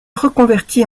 reconvertit